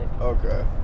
okay